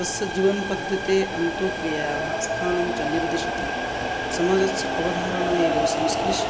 तस्य जीवनपद्धते अन्ते क्रियायाः स्थानं च निर्दिशति समाजस्य अवधारणा एव संस्कृश्